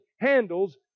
handles